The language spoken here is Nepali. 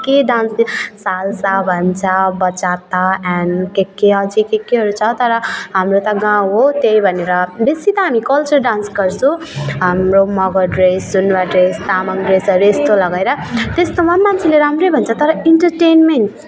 के के डान्स सालसा भन्छ बचाता एन्ड के के अझ के केहरू छ तर हाम्रो त गाउँ हो त्यही भनेर बेसी त हामी कल्चर डान्स गर्छु हाम्रो मगर ड्रेस सुनवार ड्रेस तामाङ ड्रेसहरू यस्तो लगाएर त्यस्तोमा मान्छेले राम्रै भन्छ तर इन्टर्टेनमेन्ट